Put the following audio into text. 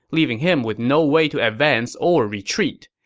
leaving him with no way to advance or retreat.